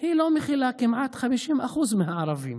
כמעט 50% מהערבים